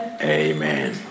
Amen